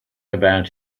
about